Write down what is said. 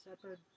separate